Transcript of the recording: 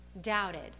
doubted